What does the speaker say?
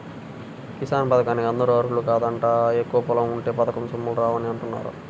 కిసాన్ పథకానికి అందరూ అర్హులు కాదంట, ఎక్కువ పొలం ఉంటే పథకం సొమ్ములు రావని అంటున్నారుగా